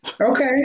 Okay